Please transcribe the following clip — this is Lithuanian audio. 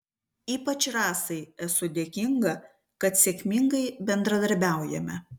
ypač rasai esu dėkinga kad sėkmingai bendradarbiaujame